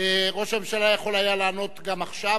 ראש הממשלה יכול היה לענות גם עכשיו,